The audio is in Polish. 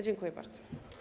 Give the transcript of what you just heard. Dziękuję bardzo.